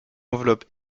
enveloppe